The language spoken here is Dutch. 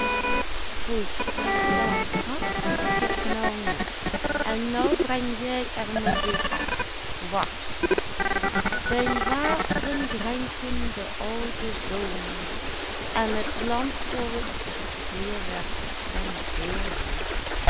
foei daar had ik het nou net en nou breng jij er me weer af wacht zijn waatren drenken de oude zoomen en t landvolk hier werd de stem zeer hoog